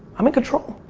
i'm in control.